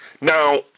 Now